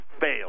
fail